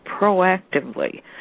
proactively